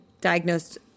diagnosed